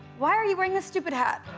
why are you wearing this stupid hat?